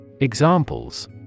Examples